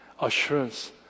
assurance